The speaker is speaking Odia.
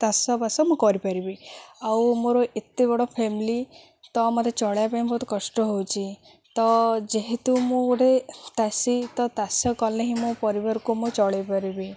ତାଷବାସ ମୁଁ କରିପାରିବି ଆଉ ମୋର ଏତେ ବଡ଼ ଫ୍ୟାମିଲି ତ ମୋତେ ଚଳେଇବା ପାଇଁ ବହୁତ କଷ୍ଟ ହେଉଛି ତ ଯେହେତୁ ମୁଁ ଗୋଟେ ତାଷୀ ତ ତାଷ କଲେ ହିଁ ମୋ ପରିବାରକୁ ମୁଁ ଚଳେଇପାରିବି